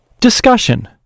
Discussion